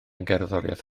gerddoriaeth